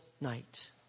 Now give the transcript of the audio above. night